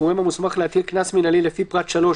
הגורם המוסמך להטיל קנס מינהלי לפי פרט (3),